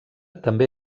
també